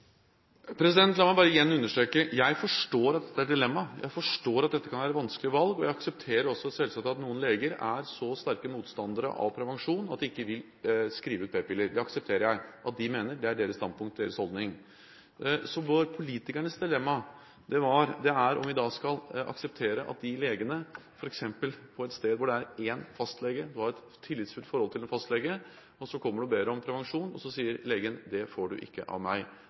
La meg bare igjen understreke: Jeg forstår at dette er et dilemma. Jeg forstår at dette kan være et vanskelig valg, og jeg aksepterer selvsagt også at noen leger er så sterke motstandere av prevensjon at de ikke vil skrive ut p-piller. Det aksepterer jeg at de mener – det er deres standpunkt og deres holdning. Politikernes dilemma er om vi skal akseptere at når man, f.eks. på et sted hvor det er én fastlege som man har et tillitsfullt forhold til, kommer og ber om prevensjon, så sier legen: Det får du ikke av meg.